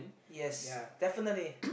yes definitely